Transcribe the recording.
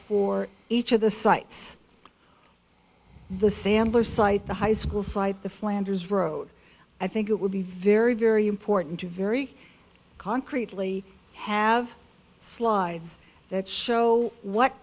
for each of the sites the sampler site the high school site the flanders road i think it would be very very important to very concretely have slides that show what